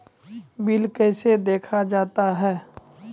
Bill कैसे देखा जाता हैं?